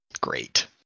Great